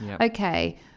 Okay